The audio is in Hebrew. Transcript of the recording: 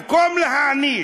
במקום להעניש,